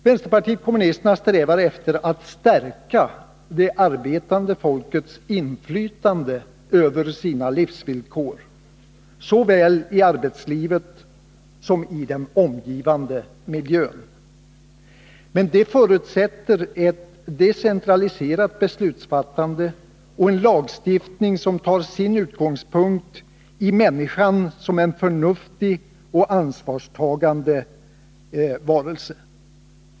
Vänsterpartiet kommunisterna strävar efter att stärka det arbetande folkets inflytande över sina livsvillkor, såväl i arbetslivet som i den omgivande miljön. Men det förutsätter ett decentraliserat beslutsfattande och en lagstiftning som tar sin utgångspunkt i människan som en förnuftig och ansvarstagande varelse.